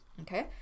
Okay